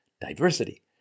diversity